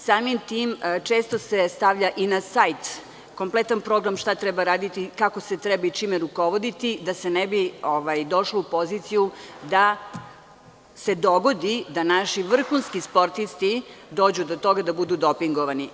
Samim tim, često se stavlja i na sajt kompletan program šta treba raditi, kako se treba i čime rukovoditi da se ne bi došlo u poziciju da se dogodi da naši vrhunski sportisti dođu do toga da budu dopingovani.